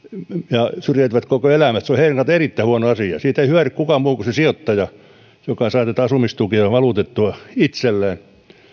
ja syrjäytyvät koko elämästä se on heidän kannaltaan erittäin huono asia siitä ei hyödy kukaan muu kuin se sijoittaja joka saa asumistukea valutettua itselleen